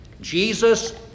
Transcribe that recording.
Jesus